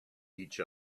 each